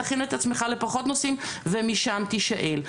תכין את עצמך לפחות נושאים ומשם תשאל.